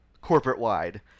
corporate-wide